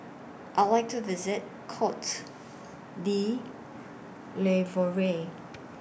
I Would like to visit Cote D'Ivoire